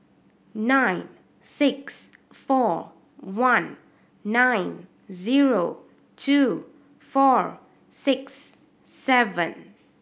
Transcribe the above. nine six four one nine zero two four six seven